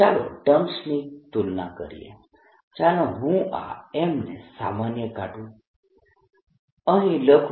ચાલો ટર્મ્સની તુલના કરીએ ચાલો હું આ m ને સામાન્ય કાઢું અને અહીં લખુ